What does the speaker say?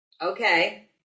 Okay